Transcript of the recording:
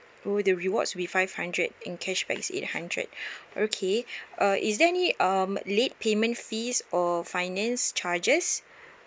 oh the rewards will be five hundred in cashback it's eight hundred okay uh is there any um late payment fees or finance charges